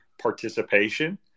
participation